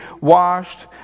washed